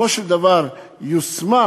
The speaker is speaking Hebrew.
ובסופו של דבר יושמה,